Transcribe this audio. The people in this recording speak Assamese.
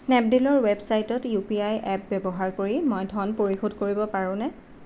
স্নেপডীলৰ ৱেবছাইটত ইউ পি আই এপ ব্যৱহাৰ কৰি মই ধন পৰিশোধ কৰিব পাৰোনে